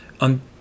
on